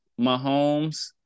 Mahomes